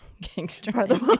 Gangster